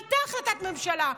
הייתה החלטת ממשלה,